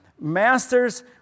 Masters